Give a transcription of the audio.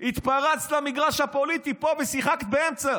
התפרצת למגרש הפוליטי פה ושיחקת באמצע